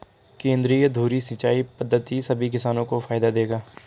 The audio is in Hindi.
केंद्रीय धुरी सिंचाई पद्धति सभी किसानों को फायदा देगा